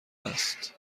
است